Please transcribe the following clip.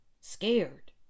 scared